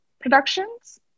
Productions